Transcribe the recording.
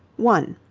one